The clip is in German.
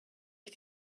ich